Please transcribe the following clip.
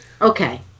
Okay